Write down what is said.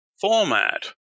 format